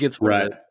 right